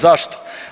Zašto?